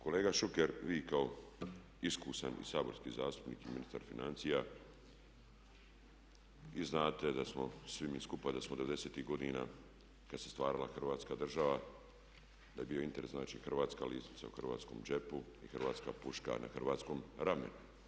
Kolega Šuker vi kao iskusan i saborski zastupnik i ministar financija i znate da smo svi mi skupa da smo devedesetih godina kad se stvarala Hrvatska država, da je bio interes znači hrvatska lisnica u hrvatskom džepu i hrvatska puška na hrvatskom ramenu.